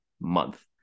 month